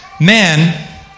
man